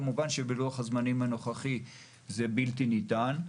כמובן שבלוח הזמנים הנוכחי זה בלתי ניתן,